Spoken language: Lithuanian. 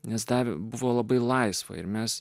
nes dar buvo labai laisva ir mes